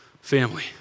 family